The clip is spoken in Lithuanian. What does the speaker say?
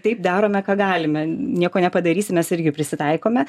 taip darome ką galime nieko nepadarysi mes irgi prisitaikome